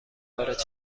وارد